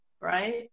Right